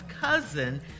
cousin